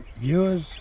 viewers